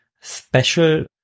special